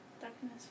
Darkness